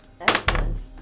Excellent